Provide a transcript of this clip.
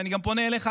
ואני גם פונה אליך,